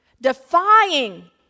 defying